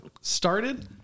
started